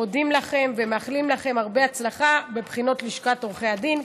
מודים לכם ומאחלים לכם הרבה הצלחה בבחינות לשכת עורכי הדין.